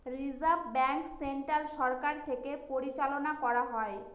reserve bank central সরকার থেকে পরিচালনা করা হয়